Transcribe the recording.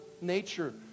nature